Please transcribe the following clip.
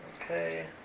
Okay